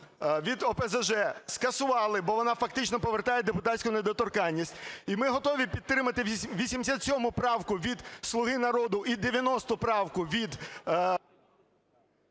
від ОПЗЖ скасували, бо вона фактично повертає депутатську недоторканність, і ми готові підтримати 87 правку від "Слуга народу", і 90 правку від…